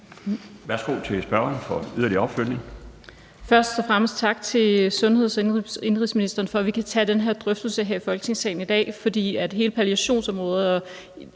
Kl. 13:03 Marlene Harpsøe (DD): Først og fremmest tak til indenrigs- og sundhedsministeren for, at vi kan tage den her drøftelse her i Folketingssalen i dag. For hele palliationsområdet